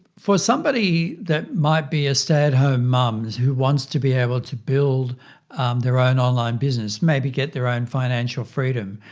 for somebody that might be a stay at home mom who wants to be able to build their own online business, maybe get their own financial freedom,